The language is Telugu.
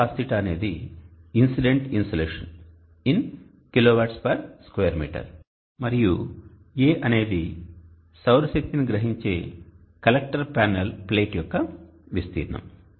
Li cos θ అనేది ఇన్సిడెంట్ ఇన్సులేషన్ మరియు A అనేది సౌర శక్తిని గ్రహించే కలెక్టర్ ప్యానెల్ ప్లేట్ యొక్క విస్తీర్ణం